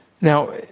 Now